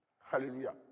Hallelujah